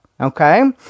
okay